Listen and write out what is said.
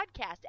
podcast